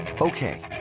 Okay